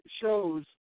shows